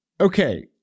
Okay